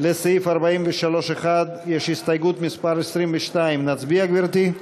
לסעיף 43(1) יש הסתייגות, מס' 22. נצביע, גברתי?